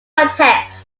context